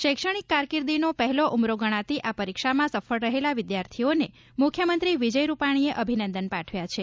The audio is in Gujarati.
શૈક્ષણિક કારકિર્દીનો પહેલો ઉબરો ગણાતી આ પરીક્ષામાં સફળ રહેલા વિદ્યાર્થીઓને મુખ્યમંત્રી વિજય રૂપાણીએ અભિનંદન પાઠવ્યા છે